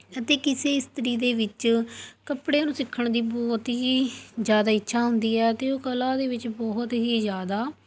ਅਤੇ ਕਿਸੇ ਇਸਤਰੀ ਦੇ ਵਿੱਚ ਕੱਪੜਿਆਂ ਨੂੰ ਸਿੱਖਣ ਦੀ ਬਹੁਤ ਹੀ ਜ਼ਿਆਦਾ ਇੱਛਾ ਹੁੰਦੀ ਹੈ ਅਤੇ ਉਹ ਕਲਾ ਦੇ ਵਿੱਚ ਬਹੁਤ ਹੀ ਜ਼ਿਆਦਾ